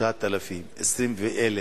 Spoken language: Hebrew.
9,000, 20,000,